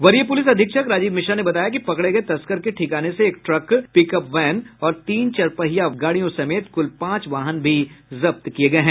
वरीय पुलिस अधीक्षक राजीव मिश्रा ने बताया कि पकड़े गये तस्कर के ठिकाने से एक ट्रक पिकअप वैन और तीन चारपहिया गाड़ियों समेत कुल पांच वाहन भी जब्त किये गये हैं